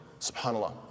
SubhanAllah